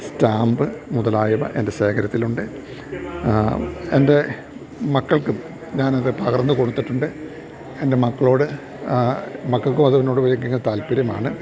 stamp മുതലായവ എൻ്റെ ശേഖരത്തിലുണ്ട് എൻ്റെ മക്കൾക്കും ഞാനത് പകർന്ന് കൊടുത്തിട്ടുണ്ട് എൻ്റെ മക്കളോട് മക്കൾക്കുവതിനോട് വലിയ താല്പര്യമാണ്